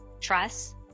Trust